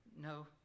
no